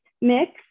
mix